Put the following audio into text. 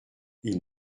ils